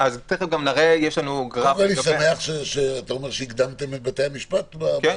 שמח שהקדמתם את בתי-המשפט.